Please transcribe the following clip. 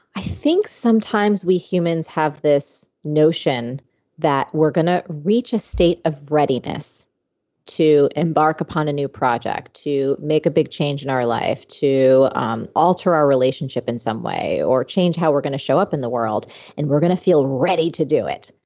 i think sometimes we humans have this notion that we're going to reach a state of readiness to embark upon a new project, to make a big change in our life, to um alter our relationship in some way or change how we're going to show up in the world and we're going to feel ready to do it.